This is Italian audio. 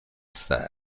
star